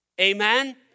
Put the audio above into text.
amen